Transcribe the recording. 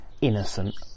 innocent